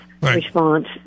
response